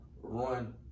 run